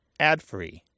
adfree